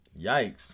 Yikes